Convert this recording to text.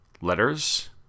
letters